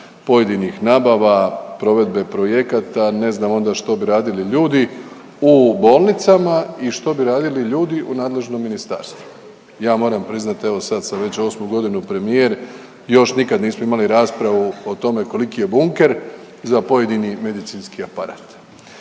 pojedinih nabava provedbe projekata ne znam onda što bi radili ljudi u bolnicama i što bi radili ljudi u nadležnom ministarstvu. Ja moram priznat evo sad sam već osmu godinu premijer još nikad nismo imali raspravu o tome koliki je bunker za pojedini medicinski aparat.